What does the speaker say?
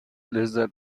لذت